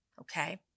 okay